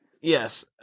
Yes